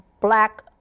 black